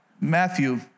Matthew